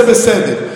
זה בסדר,